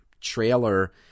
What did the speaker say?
trailer